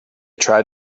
tried